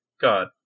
God